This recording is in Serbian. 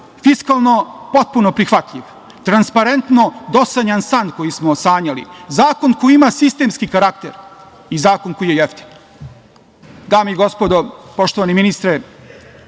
fiskalno potpuno prihvatljiv, transparentno dosanjan san koji smo sanjali, zakon koji ima sistemski karakter i zakon koji je jeftin. Dame i gospodo, poštovani ministre,